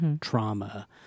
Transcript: trauma